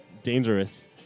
dangerous